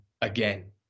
again